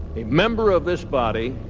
a member of this body.